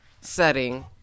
setting